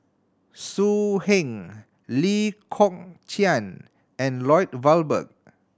So Heng Lee Kong Chian and Lloyd Valberg